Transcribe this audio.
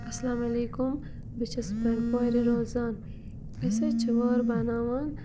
السَلامُ علیکُم بہٕ چھَس بَنڈپورِ روزان أسۍ حظ چھِ وٲر بَناوان